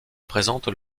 présentent